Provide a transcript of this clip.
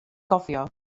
gofio